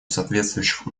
соответствующих